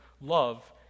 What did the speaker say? love